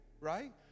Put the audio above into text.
right